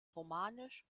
romanisch